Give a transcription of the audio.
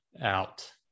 out